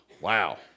wow